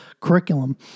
curriculum